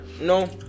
no